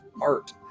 art